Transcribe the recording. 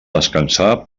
descansar